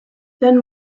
then